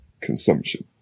consumption